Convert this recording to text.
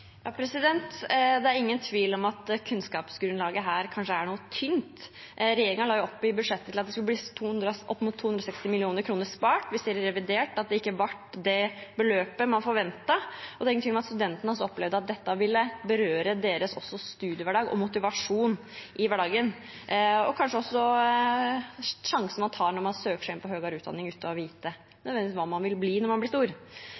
Det er ingen tvil om at kunnskapsgrunnlaget her kanskje er noe tynt. Regjeringen la i budsjettet opp til at det skulle spares opp mot 260 mill. kr. Vi ser i revidert budsjett at det ikke ble det beløpet man forventet. Det er ingen tvil om at studentene også opplevde at dette ville berøre deres studiehverdag og deres motivasjon i hverdagen – kanskje også sjansen man tar når man søker seg inn på høyere utdanning uten nødvendigvis å vite hva man vil bli når man blir stor.